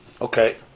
okay